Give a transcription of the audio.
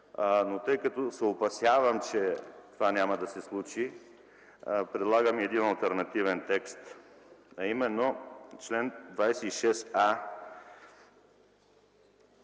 но тъй като се опасявам, че това няма да се случи, предлагам един алтернативен текст, а именно: чл. 26а